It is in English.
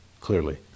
clearly